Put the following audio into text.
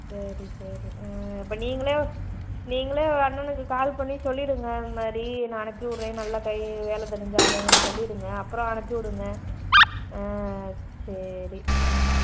சரி சரி ம் அப்போ நீங்களே நீங்களே அண்ணனுக்கு கால் பண்ணி சொல்லிடுங்க இதுமாதிரி நான் அனுப்பிவுட்டுறேன் நல்ல பை வேலை தெரிந்த ஆளுங்கன்னு சொல்லிடுங்க அப்புறம் அனுப்பிவுடுங்கள் ஆ சரி ம்